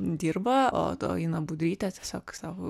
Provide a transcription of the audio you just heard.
dirba o o ina budrytė tiesiog sau